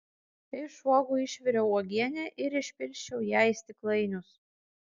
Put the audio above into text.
iš uogų išviriau uogienę ir išpilsčiau ją į stiklainius